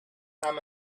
kam